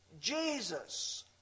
Jesus